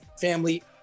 family